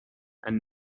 and